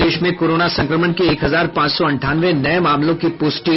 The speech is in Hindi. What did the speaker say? प्रदेश में कोरोना संक्रमण के एक हजार पांच सौ अंठानवे नये मामलों की पुष्टि